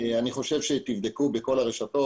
תבדקו בכל הרשתות,